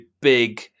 big